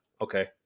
okay